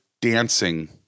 dancing